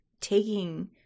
taking